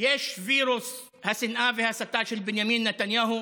יש וירוס השנאה וההסתה של בנימין נתניהו